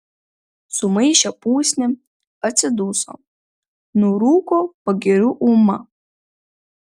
sumaišė pusnį atsiduso nurūko pagiriu ūma